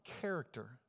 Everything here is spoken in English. character